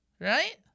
right